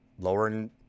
lowering